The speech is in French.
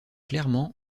clairement